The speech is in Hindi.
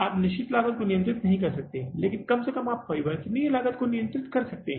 आप निश्चित लागत को नियंत्रित नहीं कर सकते लेकिन कम से कम आप परिवर्तनीय लागत को नियंत्रित कर सकते हैं